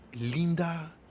linda